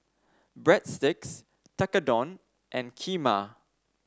Breadsticks Tekkadon and Kheema